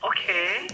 Okay